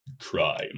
crime